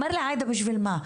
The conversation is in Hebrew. הוא אמר לי: עאידה, בשביל מה?